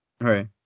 Right